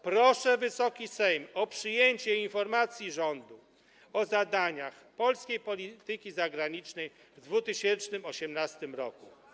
Proszę Wysoki Sejm o przyjęcie informacji rządu o zadaniach polskiej polityki zagranicznej w 2018 r.